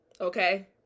Okay